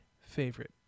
favorite